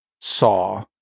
saw